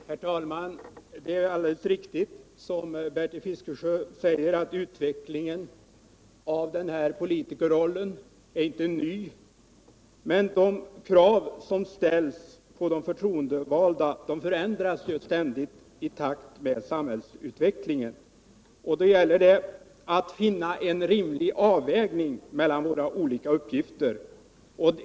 Herr talman! Det är alldeles riktigt som Bertil Fiskesjö säger att politikerrollen inte är ny, men de krav som ställs på de förtroendevalda förändras ju ständigt i takt med samhällsutvecklingen. Det gäller då att göra en rimlig avvägning mellan våra olika uppgifter.